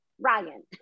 Ryan